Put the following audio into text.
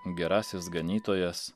gerasis ganytojas